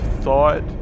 thought